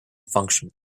function